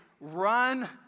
run